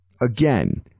Again